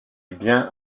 biens